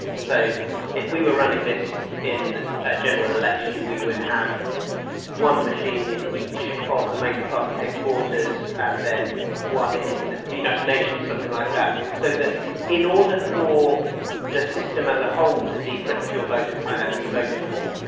so if we were running this in a general election we would have one machine in each of the major party headquarters and then one in the united nations, something like that, so that in order for the system as a whole to decrypt your vote and find out who you voted for,